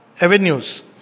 avenues